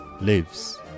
lives